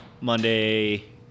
Monday